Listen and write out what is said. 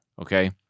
okay